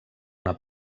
una